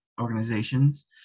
organizations